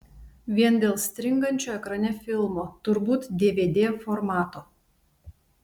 vien dėl stringančio ekrane filmo turbūt dvd formato